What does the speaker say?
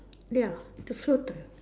ya the floater